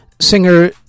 Singer